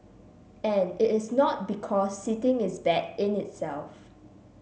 and it is not because sitting is bad in itself